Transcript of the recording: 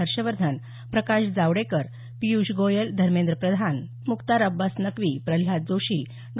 Harshvardhan Prakash Javadekar Piyush Goyal Dharmendra Pradhan Mukhtar Abbas Naqvi Pralhad Joshi Dr